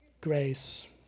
grace